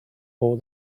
all